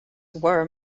were